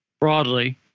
broadly